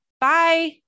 Bye